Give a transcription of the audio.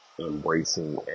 embracing